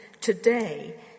today